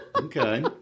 Okay